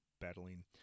battling